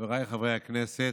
חבריי חברי הכנסת,